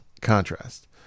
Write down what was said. Contrast